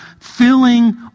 filling